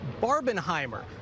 Barbenheimer